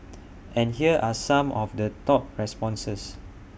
and here are some of the top responses